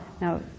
now